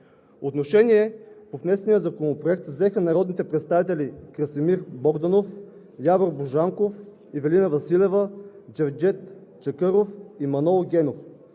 Отношение по внесения законопроект взеха народните представители Красимир Богданов, Явор Божанков, Ивелина Василева, Джевдет Чакъров и Манол Генов.